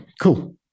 cool